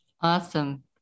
Awesome